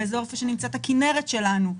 איפה שנמצאת הכנרת שלנו,